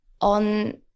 on